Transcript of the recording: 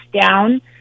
down